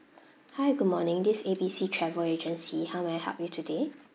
hi good morning this is A B C travel agency how may I help you today